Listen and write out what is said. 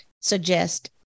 suggest